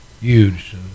huge